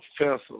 offensive